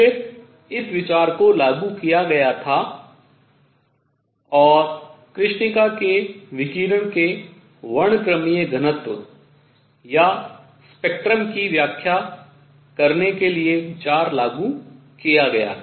फिर इस विचार को लागू किया गया था और कृष्णिका के विकिरण के वर्णक्रमीय घनत्व या स्पेक्ट्रम की व्याख्या करने के लिए विचार लागू किया गया था